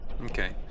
Okay